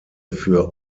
für